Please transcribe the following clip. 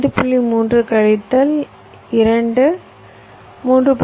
3 கழித்தல் 2 3